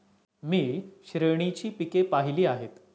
मी श्रेणीची पिके पाहिली आहेत